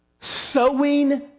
sowing